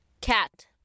cat